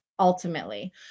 ultimately